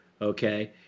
okay